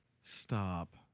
Stop